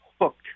hooked